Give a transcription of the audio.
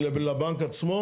לבנק עצמו.